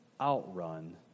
outrun